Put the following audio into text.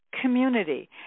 community